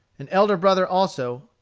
an elder brother also,